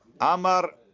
Amar